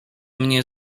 mnie